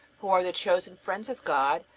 who are the chosen friends of god,